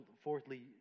fourthly